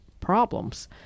problems